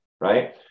right